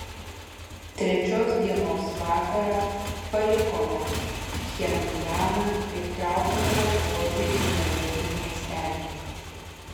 trečios dienos vakarą palikome pchenjaną ir traukėme nakvoti į mažesnį miestelį